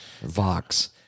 Vox